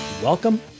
Welcome